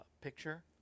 picture